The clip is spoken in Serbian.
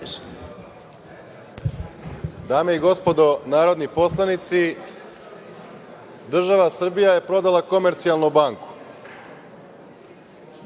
Dame i gospodo narodni poslanici, država Srbija je prodala „Komercijalnu banku“.